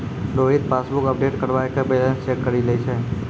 Rohit passbook update करबाय के balance check करि लै छै